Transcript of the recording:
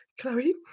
Chloe